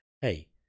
hey